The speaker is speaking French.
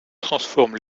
transforme